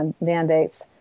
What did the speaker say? mandates